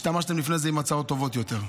השתמשתם לפני זה בהצעות טובות יותר,